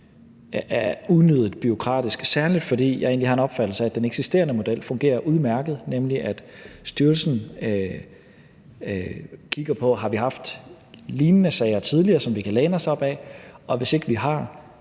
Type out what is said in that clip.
unødigt bureaukratisk, særlig fordi jeg egentlig har en opfattelse af, at den eksisterende model fungerer udmærket, nemlig at styrelsen kigger på, om vi har haft lignende sager tidligere, som vi kan læne os op ad, og hvis ikke vi har,